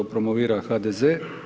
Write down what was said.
promovira HDZ.